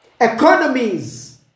Economies